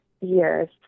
years